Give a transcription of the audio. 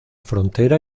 frontera